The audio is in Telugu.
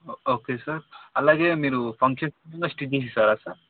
ఓకే సార్ అలాగే మీరు ఫంక్షన్స్కి కూడా స్టిచ్ చేసి ఇస్తారా సార్